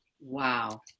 Wow